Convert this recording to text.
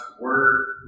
Word